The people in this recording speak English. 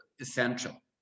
essential